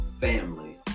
family